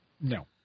No